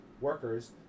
workers